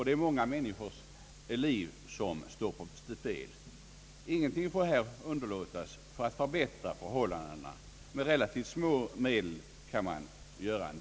Det är många människors liv som står på spel. Ingenting får underlåtas för att förbättra förhållandena. Med relativt små medel kan åtskilligt göras.